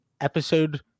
episode